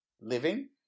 living